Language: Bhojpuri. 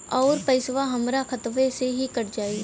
अउर पइसवा हमरा खतवे से ही कट जाई?